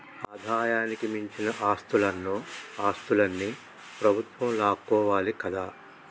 ఆదాయానికి మించిన ఆస్తులన్నో ఆస్తులన్ని ప్రభుత్వం లాక్కోవాలి కదా